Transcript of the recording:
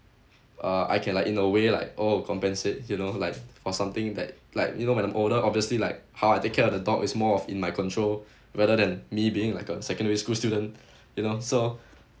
uh I can like in a way like oh compensate you know like for something that like you know when I'm older obviously like how I take care of the dog is more of in my control rather than me being like a secondary school student you know so